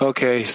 Okay